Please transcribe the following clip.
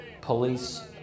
police